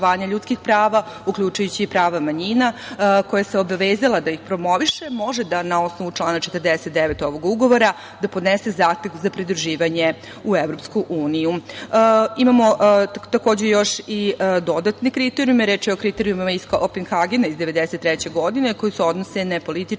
ljudskih prava, uključujući i prava manjina, koja se obavezala da ih promoviše, može da na osnovu člana 49. ovog ugovora podnese zahtev za pridruživanje u EU.Imamo takođe još i dodatne kriterijume, a reč je o kriterijumima iz Kopenhagena iz 1993. godine, koji se odnose na političke,